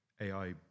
AI